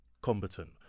Combatant